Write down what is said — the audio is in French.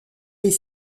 les